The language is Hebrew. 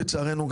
לצערנו,